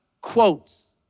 quotes